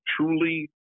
truly